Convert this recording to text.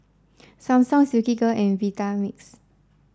Samsung Silkygirl and Vitamix